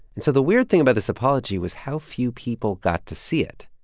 and so the weird thing about this apology was how few people got to see it.